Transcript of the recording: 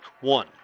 one